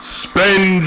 spend